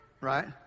right